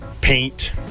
paint